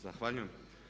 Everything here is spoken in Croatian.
Zahvaljujem.